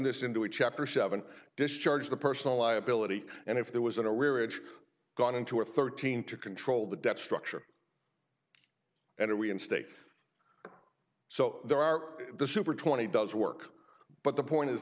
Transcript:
this into a chapter seven discharge the personal liability and if there was a no we were edge gone into a thirteen to control the debt structure and are we in state so there are the super twenty does work but the point is